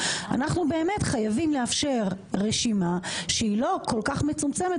אנחנו באמת חייבים לאפשר רשימה שהיא לא כל כך מצומצמת